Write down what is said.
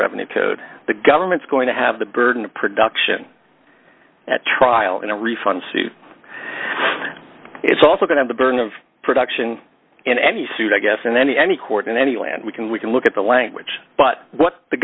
revenue code the government's going to have the burden of production at trial and a refund it's also going to burn of production in any suit i guess and any any court in any land we can we can look at the language but what the